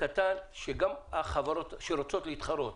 קטן שגם החברות שרוצות להתחרות